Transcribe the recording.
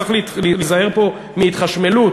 צריך להיזהר פה מהתחשמלות,